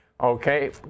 Okay